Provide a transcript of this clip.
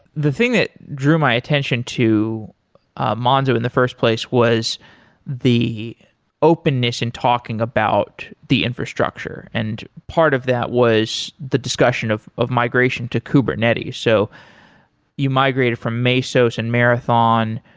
the thing that drew my attention to ah monzo in the first place was the openness in talking about the infrastructure, and part of that was the discussion of of migration to kubernetes. so you migrated from mesos and marathon,